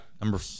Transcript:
number